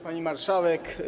Pani Marszałek!